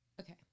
okay